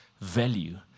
value